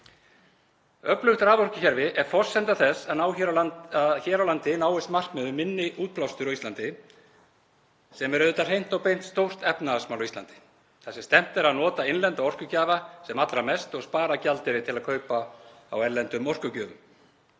Öflugt raforkukerfi er forsenda þess að hér á landi náist markmið um minni útblástur á Íslandi. Það er auðvitað hreint og beint stórt efnahagsmál á Íslandi þar sem stefnt er að að nota innlenda orkugjafa sem allra mest og spara gjaldeyri til kaupa á erlendum orkugjöfum.